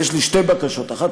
יש לי שתי בקשות: האחת,